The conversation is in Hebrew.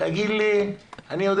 אני יודע